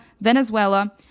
Venezuela